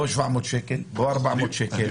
במקום אחד הקנס הוא 700 שקל ובמקום אחר 400 שקל.